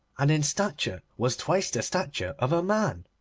and in stature was twice the stature of a man.